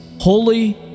Holy